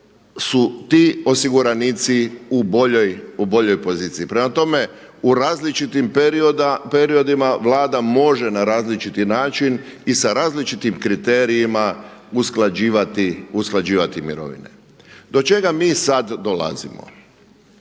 su ti osiguranici u boljoj poziciji. Prema tome, u različitim periodima Vlada može na različiti način i sa različitim kriterijima usklađivati mirovine. Do čega mi sad dolazimo?